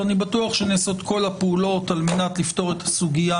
אני בטוח שנעשות כול הפעולות על-מנת לפתור את הסוגיה